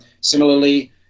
Similarly